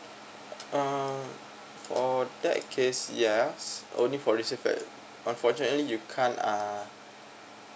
um for that case yes only for recipient unfortunately you can't ah